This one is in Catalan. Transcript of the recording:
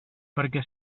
perquè